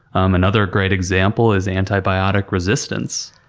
um another great example is antibiotic resistance.